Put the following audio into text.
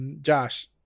Josh